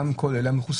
מה עם כל אלה המחוסנים?